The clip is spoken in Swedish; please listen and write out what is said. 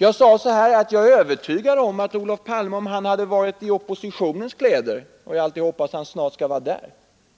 Jag sade att jag är övertygad om att Olof Palme, om han hade varit i oppositionens kläder — och vi kan ju alltid hoppas att han snart skall vara där